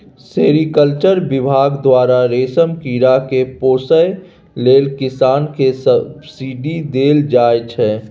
sericulture बिभाग द्वारा रेशम कीरा केँ पोसय लेल किसान केँ सब्सिडी देल जाइ छै